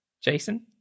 Jason